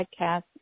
podcast